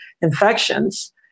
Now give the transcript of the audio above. infections